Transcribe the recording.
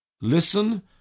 Listen